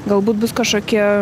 galbūt bus kažkokie